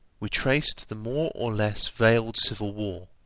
we traced the more or less veiled civil war,